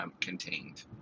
contained